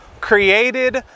created